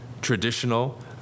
traditional